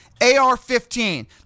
AR-15